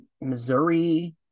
Missouri